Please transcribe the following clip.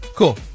Cool